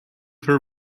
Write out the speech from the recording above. her